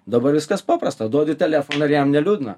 dabar viskas paprasta duodi telefoną ir jam neliūdna